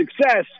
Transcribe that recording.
success